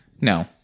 No